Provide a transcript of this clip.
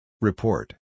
Report